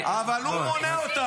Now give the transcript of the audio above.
אבל הוא מונה אותם.